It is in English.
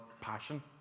passion